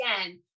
again